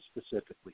specifically